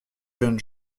jeunes